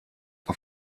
auf